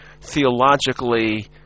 theologically